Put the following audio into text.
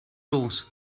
los